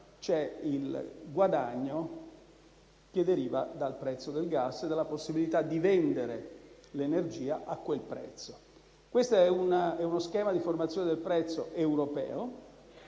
c'è il guadagno che deriva dal prezzo del gas e dalla possibilità di vendere l'energia a quel prezzo. Questo è uno schema di formazione del prezzo europeo.